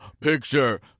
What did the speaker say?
picture